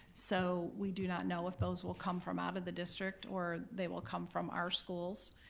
so we do not know if those will come from out of the district or they will come from our schools.